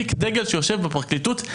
תיק דגל שיושב בפרקליטות.